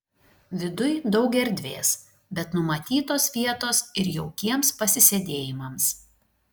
viduj daug erdvės bet numatytos vietos ir jaukiems pasisėdėjimams